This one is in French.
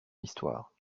histoire